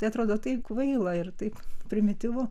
tai atrodo taip kvaila ir taip primityvu